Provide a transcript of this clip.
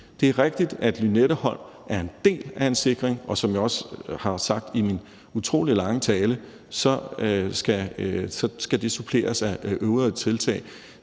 Det er rigtigt, at Lynetteholm er en del af en sikring, og som jeg også har sagt i min utrolig lange tale, skal det suppleres af øvrige tiltag.